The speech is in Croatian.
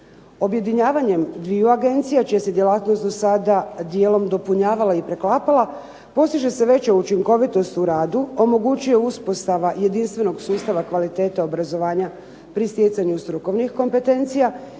Objedinjavanjem dviju Agencija će se djelatnost do sada dijelom dopunjavala i preklapala postiže se veća učinkovitost u radu, omogućuje uspostava jedinstvenog sustava kvalitete obrazovanja pri stjecanju strukovnih kompetencija